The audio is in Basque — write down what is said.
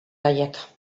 gaiak